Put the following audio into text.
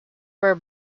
were